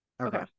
Okay